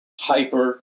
hyper